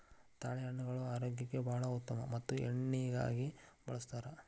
ತಾಳೆಹಣ್ಣುಗಳು ಆರೋಗ್ಯಕ್ಕೆ ಬಾಳ ಉತ್ತಮ ಮತ್ತ ಎಣ್ಣಿಗಾಗಿ ಬಳ್ಸತಾರ